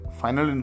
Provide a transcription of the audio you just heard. final